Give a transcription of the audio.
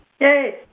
yay